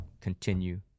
continue